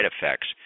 effects